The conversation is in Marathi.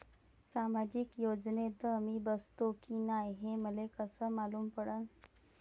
सामाजिक योजनेत मी बसतो की नाय हे मले कस मालूम पडन?